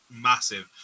massive